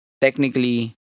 technically